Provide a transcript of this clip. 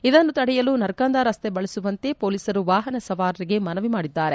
ಇದನ್ನು ತಡೆಯಲು ನರ್ಕಂದಾ ರಸ್ತೆ ಬಳಸುವಂತೆ ಪೊಲೀಸರು ವಾಹನ ಸವಾರರಿಗೆ ಮನವಿ ಮಾಡಿದ್ದಾರೆ